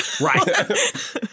Right